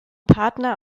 partner